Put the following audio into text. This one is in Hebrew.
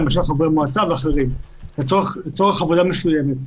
למשל חברי מועצה ואחרים לצורך עבודה מסוימת.